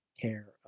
care